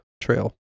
trail